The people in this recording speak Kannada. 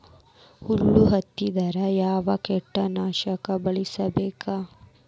ಹುಳು ಹತ್ತಿದ್ರೆ ಯಾವ ಕೇಟನಾಶಕ ಬಳಸಬೇಕ?